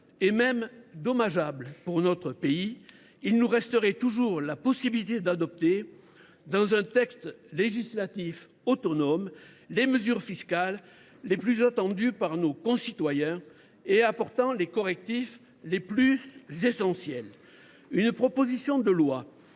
et même dommageable pour notre pays –, il nous resterait toujours la possibilité d’adopter, au travers d’un texte législatif autonome, les mesures fiscales les plus attendues par nos concitoyens et apportant les correctifs les plus importants. Une proposition de loi